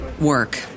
work